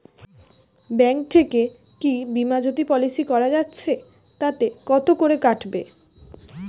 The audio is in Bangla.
ব্যাঙ্ক থেকে কী বিমাজোতি পলিসি করা যাচ্ছে তাতে কত করে কাটবে?